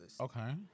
Okay